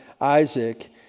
Isaac